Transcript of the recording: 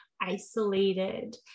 isolated